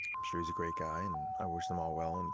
i'm sure he's a great guy, and i wish them all well. and